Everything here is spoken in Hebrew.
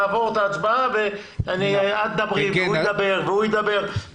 נעבור את ההצבעה ואת תדברי והוא ידבר והוא ידבר.